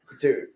dude